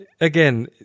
again